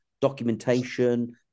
documentation